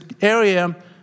area